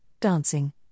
dancing